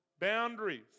boundaries